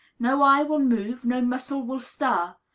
no eye will move, no muscle will stir.